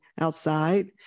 outside